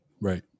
Right